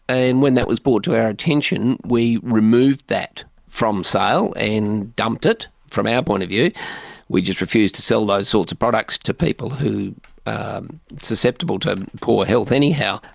and when that was brought to our attention we removed that from sale and dumped it and from our point of view we just refuse to sell those sorts of products to people who are susceptible to poor health anyhow.